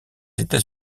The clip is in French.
états